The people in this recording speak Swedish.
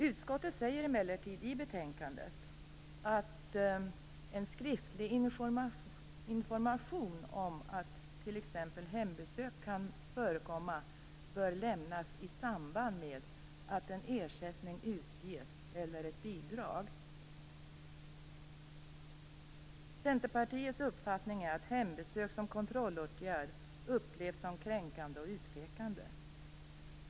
Utskottet säger emellertid i betänkandet att skriftlig information om att t.ex. hembesök kan förekomma bör lämnas i samband med att en ersättning eller ett bidrag utges. Centerpartiets uppfattning är att hembesök som kontrollåtgärd upplevs som kränkande och utpekande.